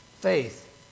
Faith